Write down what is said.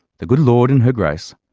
the good lord in her grace,